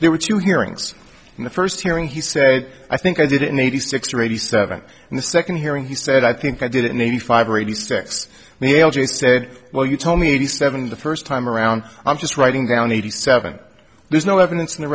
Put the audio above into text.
there were two hearings in the first hearing he said i think i did it in eighty six or eighty seven in the second hearing he said i think i did it in eighty five or eighty six male said well you told me eighty seven the first time around i'm just writing down eighty seven there's no evidence